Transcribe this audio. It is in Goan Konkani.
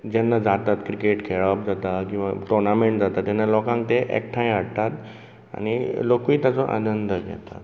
जेन्ना जाता क्रिकेट खेळप जाता किंवां टोर्नामेंट जाता तेन्ना लोकांक ते एकठांय हाडटात आनी लोकूय ताचो आनंद घेतात